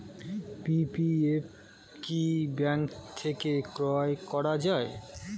PPF কি bank থেকে ক্রয় করা যায়?